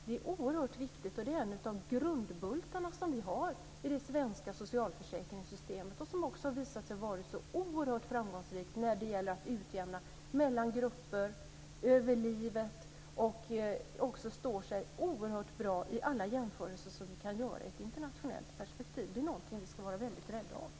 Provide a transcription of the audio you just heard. Det är oerhört viktigt, och det är en av grundbultarna som vi har i det svenska socialförsäkringssystemet och som också har visat sig vara så oerhört framgångsrikt när det gäller att utjämna mellan grupper, över livet och som också står sig oerhört bra i alla jämförelser som vi kan göra i ett internationellt perspektiv. Det är någonting som vi ska vara väldigt rädda om.